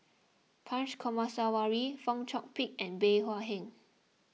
Punch Coomaraswamy Fong Chong Pik and Bey Hua Heng